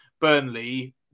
Burnley